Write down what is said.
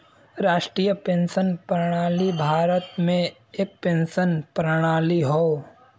राष्ट्रीय पेंशन प्रणाली भारत में एक पेंशन प्रणाली हौ